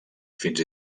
fins